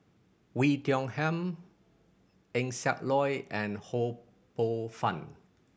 Oei Tiong Ham Eng Siak Loy and Ho Poh Fun